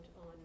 on